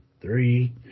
three